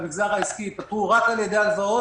המגזר העסקי ייפתרו רק על ידי הלוואות,